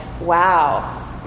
wow